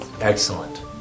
Excellent